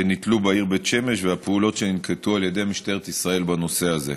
שנתלו בעיר בית שמש והפעולות שננקטו על ידי משטרת ישראל בנושא הזה.